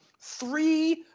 three